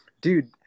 Dude